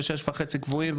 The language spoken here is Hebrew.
של 6 וחצי קבועים,